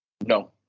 No